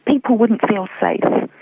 people wouldn't feel safe.